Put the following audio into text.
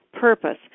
purpose